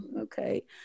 okay